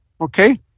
okay